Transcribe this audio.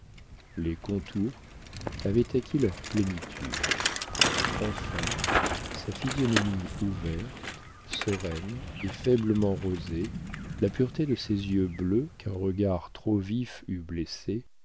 les contours avaient acquis leur plénitude enfin sa physionomie ouverte sereine et faiblement rosée la pureté de ses yeux bleus qu'un regard trop vif eût blessés